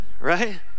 Right